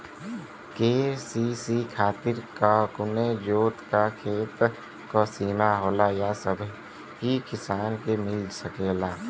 KCC खातिर का कवनो जोत या खेत क सिमा होला या सबही किसान के मिल सकेला?